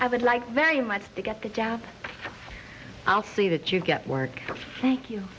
i would like very much to get that down i'll see that you get work thank you